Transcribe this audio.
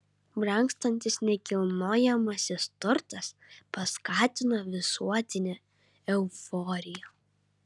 brangstantis nekilnojamasis turtas paskatino visuotinę euforiją